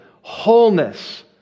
wholeness